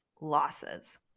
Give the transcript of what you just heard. losses